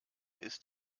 ist